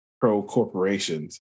pro-corporations